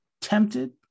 tempted